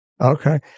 Okay